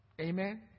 Amen